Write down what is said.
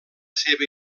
seva